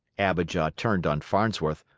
abijah turned on farnsworth.